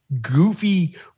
goofy